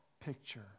picture